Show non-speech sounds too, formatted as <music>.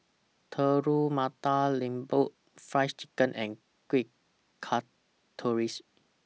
Telur Mata Lembu Fried Chicken and Kueh <unintelligible>